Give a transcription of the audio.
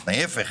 ההיפך,